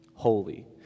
holy